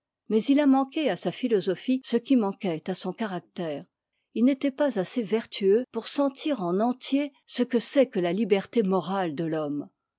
mais il a manqué à sa philosophie ce qui manquait à son caractère il n'était pas assez vertueux pour sentir en entier ce que c'est que la liberté morale de l'homme